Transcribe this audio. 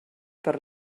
per